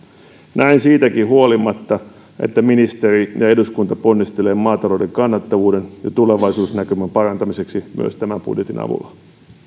näin siitäkin huolimatta että ministeri ja eduskunta ponnistelevat maatalouden kannattavuuden ja tulevaisuusnäkymän parantamiseksi myös tämän budjetin avulla